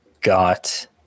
got